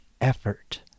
effort